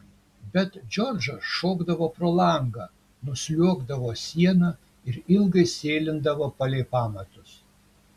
bet džordžas šokdavo pro langą nusliuogdavo siena ir ilgai sėlindavo palei pamatus